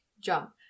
jump